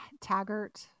Taggart